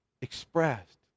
expressed